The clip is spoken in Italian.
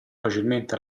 facilmente